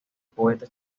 poeta